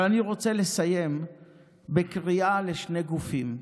אבל אני רוצה לסיים בקריאה לשני גופים,